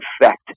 effect